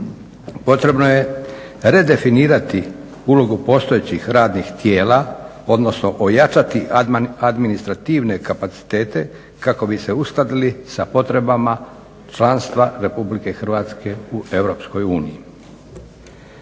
Potrebno je redefinirati ulogu postojećih radnih tijela, odnosno ojačati administrativne kapacitete kako bi se uskladili sa potrebama članstva Republike Hrvatske u